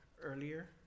earlier